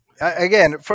Again